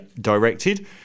directed